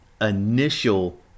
initial